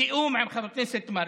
בתיאום עם חבר הכנסת מרגי,